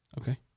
Okay